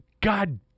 God